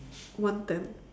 one ten